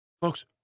Folks